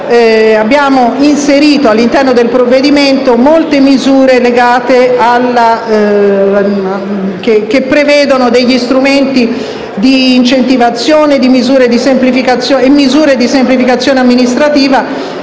abbiamo inserito all'interno del provvedimento molte misure che prevedono strumenti di incentivazione e misure di semplificazione amministrativa,